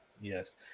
Yes